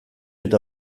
eta